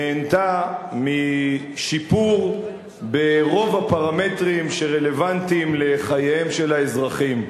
נהנו משיפור ברוב הפרמטרים שרלוונטיים לחייהם של האזרחים.